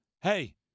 Hey